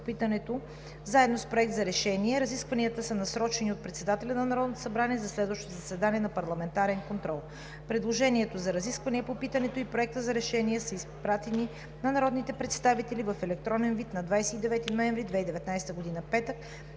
заедно с Проект за решение. Разискванията са насрочени от председателя на Народното събрание за следващото заседание на Парламентарен контрол. Предложението за разисквания по питането и Проектът за решение са изпратени на народните представители в електронен вид на 29 ноември 3019 г., петък.